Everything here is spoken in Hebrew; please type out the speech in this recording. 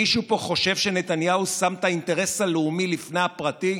מישהו פה חושב שנתניהו שם את האינטרס הלאומי לפני הפרטי?